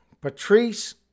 Patrice